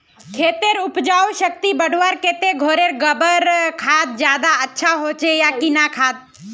खेतेर उपजाऊ शक्ति बढ़वार केते घोरेर गबर खाद ज्यादा अच्छा होचे या किना खाद?